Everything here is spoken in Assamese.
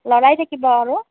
লৰাই থাকিব আৰু